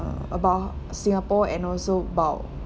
uh about singapore and also about